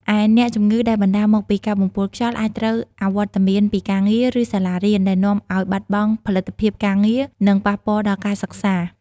ឯអ្នកជំងឺដែលបណ្ដាលមកពីការបំពុលខ្យល់ អាចត្រូវអវត្តមានពីការងារ ឬសាលារៀន ដែលនាំឱ្យបាត់បង់ផលិតភាពការងារ និងប៉ះពាល់ដល់ការសិក្សា។